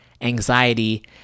anxiety